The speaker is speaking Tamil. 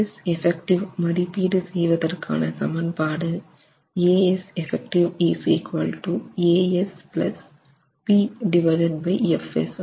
eff மதிப்பீடு செய்வதற்கான சமன்பாடு ஆகும்